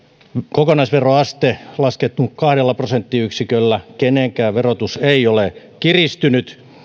kokonaisveroaste on laskeutunut kahdella prosenttiyksiköllä ja kenenkään verotus ei ole kiristynyt